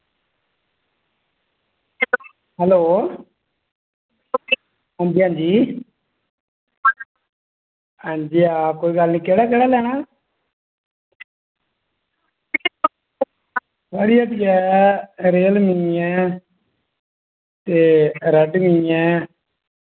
hello हां जी हां जी हां जी कोई गल्ल निं केह्ड़ा केह्ड़ा लैना साढ़ी हट्टियै रियलमी ऐ ते रेडमी ऐ